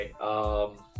Okay